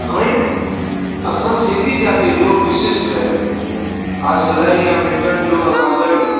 हाणे असां सिंधी ज़ाती जो विशिष्ट का सिलाई या पेटर्न जो असां ॻणियूं